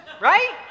Right